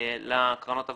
לקרנות הוותיקות.